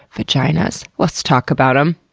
vaginas. let's talk about em.